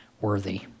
worthy